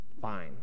fine